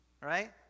Right